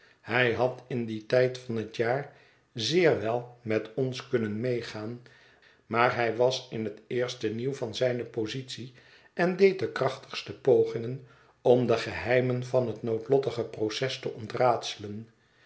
hij had in dien tijd van het jaar zeer wel met ons kunnen meegaan maar hij was in het eerste nieuw van zijne nieuwe positie en deed de krachtigste pogingen om de geheimen van het noodlottige proces te ontraadselen